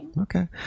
Okay